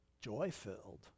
joy-filled